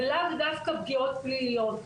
ולאו דווקא פגיעות פליליות.